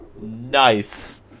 Nice